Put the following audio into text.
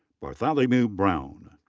bartholomew brown.